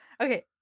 Okay